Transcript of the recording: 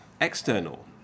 external